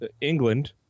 England